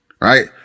right